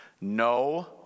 no